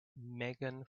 megan